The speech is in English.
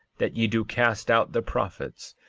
that ye do cast out the prophets,